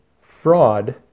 fraud